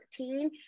13